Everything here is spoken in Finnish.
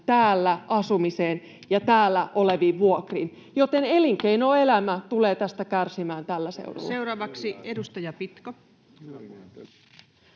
täällä asumiseen ja täällä oleviin vuokriin, joten elinkeinoelämä tulee tästä kärsimään tällä seudulla.